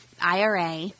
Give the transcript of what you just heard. IRA